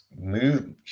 move